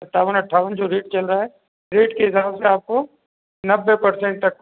सत्तावन अट्ठावन जो रेट चल रहा है रेट के हिसाब से आपको नब्बे परसेंट तक